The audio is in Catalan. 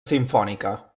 simfònica